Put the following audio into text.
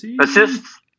Assists